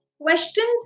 Questions